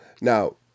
Now